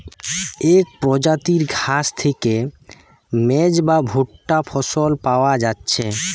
এক প্রজাতির ঘাস থিকে মেজ বা ভুট্টা ফসল পায়া যাচ্ছে